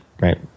right